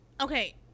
Okay